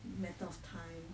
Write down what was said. matter of time